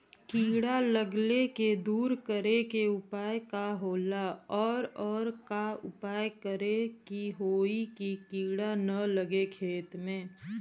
कीड़ा लगले के दूर करे के उपाय का होला और और का उपाय करें कि होयी की कीड़ा न लगे खेत मे?